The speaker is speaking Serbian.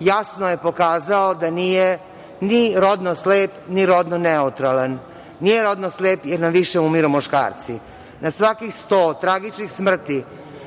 jasno je pokazao da nije ni rodno slep, ni rodno neutralan. Nije rodno slep, jer nam više umiru muškarci. Na svakih 100 tragičnih smrti